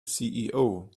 ceo